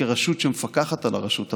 כרשות שמפקחת על הרשות המבצעת.